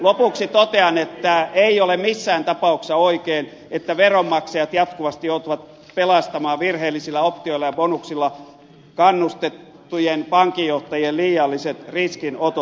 lopuksi totean että ei ole missään tapauksessa oikein että veronmaksajat jatkuvasti joutuvat pelastamaan virheellisillä optioilla ja bonuksilla kannustettujen pankinjohtajien liialliset riskinotot